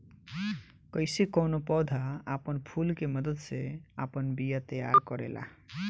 कइसे कौनो पौधा आपन फूल के मदद से आपन बिया तैयार करेला